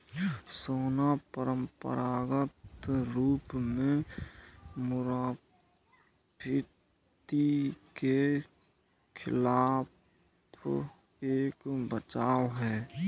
सोना परंपरागत रूप से मुद्रास्फीति के खिलाफ एक बचाव है